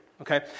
okay